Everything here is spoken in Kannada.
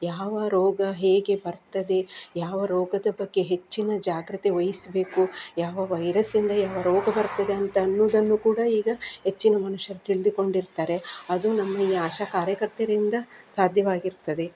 ಯಾವ ರೋಗ ಹೇಗೆ ಬರ್ತದೆ ಯಾವ ರೋಗದ ಬಗ್ಗೆ ಹೆಚ್ಚಿನ ಜಾಗೃತಿ ವಹಿಸಬೇಕು ಯಾವ ವೈರಸಿಂದ ಯಾವ ರೋಗ ಬರ್ತದೆ ಅಂತ ಅನ್ನೋದನ್ನು ಕೂಡ ಈಗ ಹೆಚ್ಚಿನ ಮನುಷ್ಯರು ತಿಳಿದುಕೊಂಡಿರ್ತಾರೆ ಅದು ನಮ್ಮ ಈ ಆಶಾ ಕಾರ್ಯಕರ್ತೆಯರಿಂದ ಸಾಧ್ಯವಾಗಿರ್ತದೆ